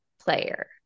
player